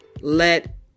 Let